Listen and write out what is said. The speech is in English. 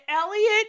elliot